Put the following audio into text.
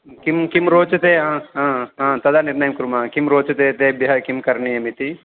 किं किं रोचते हा हा हा तदा निर्णयं कुर्मः किं रोचते तेभ्यः किं करणीयमिति